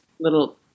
little